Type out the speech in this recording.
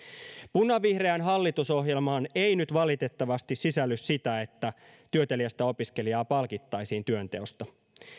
punavihreään hallitusohjelmaan ei nyt valitettavasti sisälly sitä että työteliästä opiskelijaa palkittaisiin työnteosta